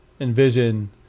envision